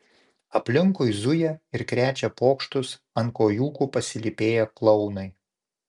aplinkui zuja ir krečia pokštus ant kojūkų pasilypėję klounai